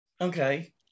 Okay